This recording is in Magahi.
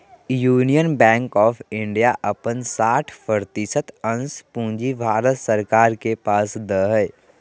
यूनियन बैंक ऑफ़ इंडिया अपन साठ प्रतिशत अंश पूंजी भारत सरकार के पास दे हइ